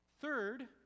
Third